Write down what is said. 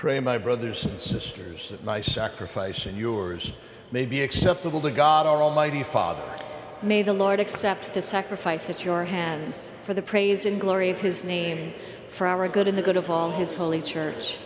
pray my brothers and sisters that my sacrifice and yours may be acceptable to god almighty father may the lord accept the sacrifice that your hands for the praise and glory of his name for our good in the good of all his holy church